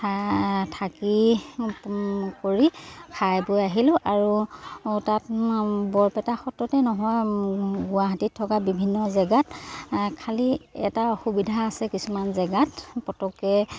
থাকি কৰি খাই বৈ আহিলোঁ আৰু তাত বৰপেটা সত্ৰতে নহয় গুৱাহাটীত থকা বিভিন্ন জেগাত খালী এটা অসুবিধা আছে কিছুমান জেগাত পটককৈ